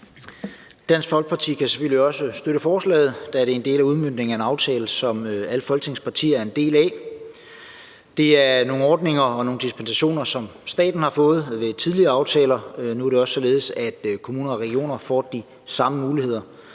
Dansk Folkeparti kan selvfølgelig også støtte forslaget, da det er en del af udmøntningen af en aftale, som alle Folketingets partier er en del af. Det er nogle ordninger og nogle dispensationer, som staten har fået ved tidligere aftaler, og nu er det således, at kommuner og regioner får de samme muligheder.